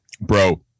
bro